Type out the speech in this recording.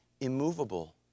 immovable